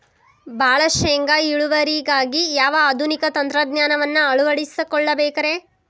ಭಾಳ ಶೇಂಗಾ ಇಳುವರಿಗಾಗಿ ಯಾವ ಆಧುನಿಕ ತಂತ್ರಜ್ಞಾನವನ್ನ ಅಳವಡಿಸಿಕೊಳ್ಳಬೇಕರೇ?